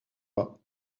pas